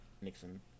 nixon